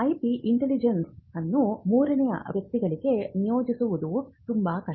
IP intelligence ಅನ್ನು ಮೂರನೇ ವ್ಯಕ್ತಿಗಳಿಗೆ ನಿಯೋಜಿಸುವುದು ತುಂಬಾ ಕಷ್ಟ